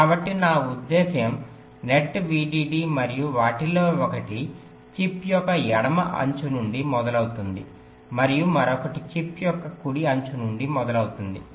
కాబట్టి నా ఉద్దేశ్యం నెట్ VDD మరియు వాటిలో ఒకటి చిప్ యొక్క ఎడమ అంచు నుండి మొదలవుతుంది మరియు మరొకటి చిప్ యొక్క కుడి అంచు నుండి మొదలవుతుంది